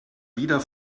wieder